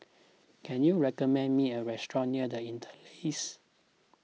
can you recommend me a restaurant near the Interlace